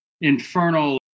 infernal